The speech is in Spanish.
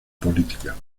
política